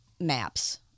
Maps